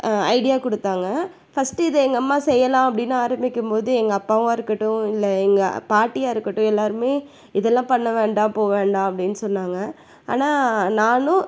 idea கொடுத்தாங்க first இதை எங்க அம்மா செய்யலாம் அப்படின்னு ஆரம்பிக்கும் போது எங்கள் அப்பாவாக இருக்கட்டும் இல்லை எங்கள் பாட்டியாக இருக்கட்டும் எல்லாருமே இதெல்லாம் பண்ண வேண்டா போ வேண்டா அப்படின்னு சொன்னாங்க ஆனால் நானும்